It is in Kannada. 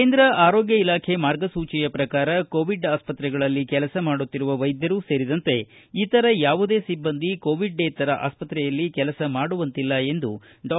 ಕೇಂದ್ರ ಆರೋಗ್ಡ ಇಲಾಖೆ ಮಾರ್ಗಸೂಚಿಯ ಪ್ರಕಾರ ಕೋವಿಡ್ ಆಸ್ಪತ್ರೆಗಳಲ್ಲಿ ಕೆಲಸ ಮಾಡುತ್ತಿರುವ ವೈದ್ವರು ಸೇರಿದಂತೆ ಇತರೆ ಯಾವುದೇ ಸಿಬ್ಬಂದಿ ಕೋವಿಡೇತರ ಆಸ್ಪತ್ರೆಯಲ್ಲಿ ಕೆಲಸ ಮಾಡುವಂತಿಲ್ಲ ಎಂದು ಡಾ